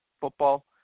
Football